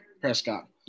Prescott